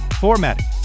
formatting